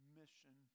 mission